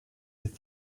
with